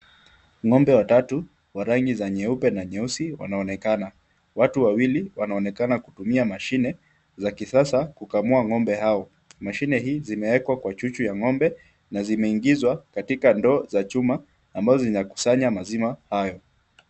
Ng'ombe watatu wa rangi za nyeupe na nyeusi wanaonekana, watu wawili wanaonekana kutumia mashine za kisasa kukamua ng'ombe hao, mashine hii zimewekwa kwenye chuchu ya ng'ombe na zimeingizwa katika ndoo za chuma ambazo zinakusanya maziwa hayo .